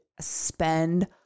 spend